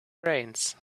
brains